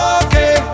okay